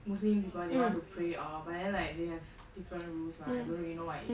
muslim people they want to pray hor but then like they have different rules mah I don't really know what it is